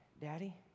Daddy